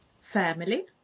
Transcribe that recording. Family